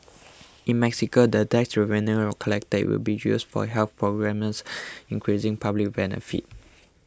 in Mexico the tax revenue collected will be used for health programmes increasing public benefit